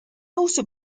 also